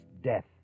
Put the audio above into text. death